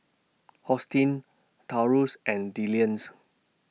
Hosteen Taurus and Dillion's